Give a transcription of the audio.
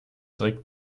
trick